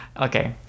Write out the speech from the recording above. Okay